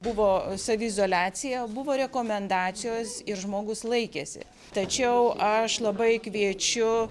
buvo saviizoliacija buvo rekomendacijos ir žmogus laikėsi tačiau aš labai kviečiu